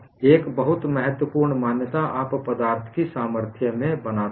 एक बहुत महत्वपूर्ण मान्यता आप पदार्थ की सामर्थ्य में बनाते हैं